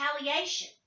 retaliation